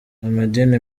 amadini